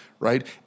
Right